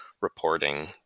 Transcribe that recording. reporting